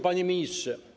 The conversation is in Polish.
Panie Ministrze!